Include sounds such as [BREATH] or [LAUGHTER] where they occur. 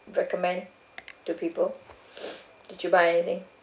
recommend to people [BREATH] did you buy anything